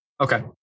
Okay